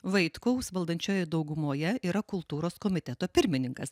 vaitkaus valdančiojoje daugumoje yra kultūros komiteto pirmininkas